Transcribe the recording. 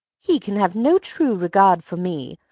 he can have no true regard for me,